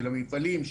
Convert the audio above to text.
של מפעלים,